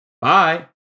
Bye